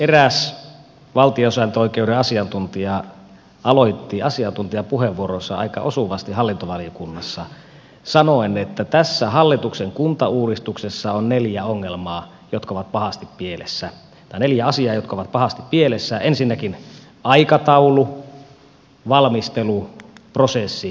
eräs valtiosääntöoikeuden asiantuntija aloitti asiantuntijapuheenvuoronsa aika osuvasti hallintovaliokunnassa sanoen että tässä hallituksen kuntauudistuksessa on neljä asiaa jotka ovat pahasti pielessä ensinnäkin aikataulu valmistelu prosessi ja sisältö